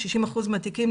60% מהתיקים,